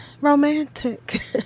romantic